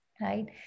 right